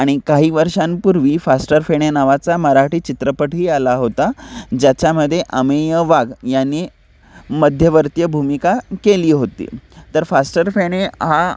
आणि काही वर्षांपूर्वी फास्टर फेणे नावाचा मराठी चित्रपटही आला होता ज्याच्यामध्ये अमेय वाघ यांनी मध्यवर्तीय भूमिका केली होती तर फास्टर फेणे हा